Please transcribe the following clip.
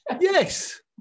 yes